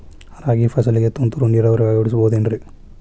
ರಾಗಿ ಫಸಲಿಗೆ ತುಂತುರು ನೇರಾವರಿ ಅಳವಡಿಸಬಹುದೇನ್ರಿ?